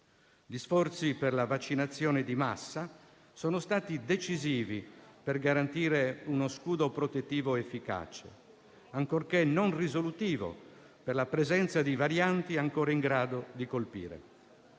Gli sforzi per la vaccinazione di massa sono stati decisivi per garantire uno scudo protettivo efficace, ancorché non risolutivo per la presenza di varianti ancora in grado di colpire.